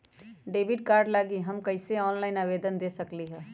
Debit card लागी हम कईसे ऑनलाइन आवेदन दे सकलि ह?